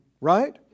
Right